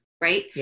right